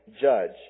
judge